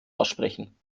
aussprechen